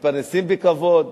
מתפרנסים בכבוד.